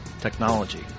technology